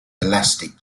elastic